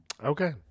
Okay